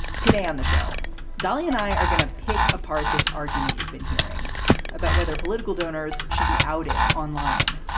today on the show dalia and i are going to pick apart this argument you've been hearing about whether political donors should be outed online.